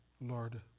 Lord